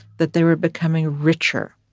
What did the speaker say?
that they were becoming richer